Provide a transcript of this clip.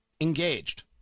engaged